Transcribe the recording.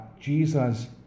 Jesus